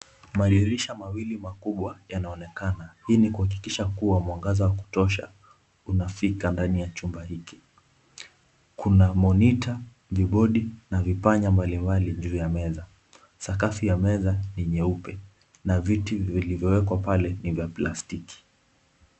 Madirisha mawili makubwa yanaonekana, hii ni kuhakikisha kuwa mwangaza wa kutosha, unafika ndani ya chumba hiki. Kuna monita , Kibodi na vipanya mbalimbali juu ya meza. Sakafu ya meza ni nyeupe na viti vilivyowekwa pale ni vya plastiki.